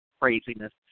craziness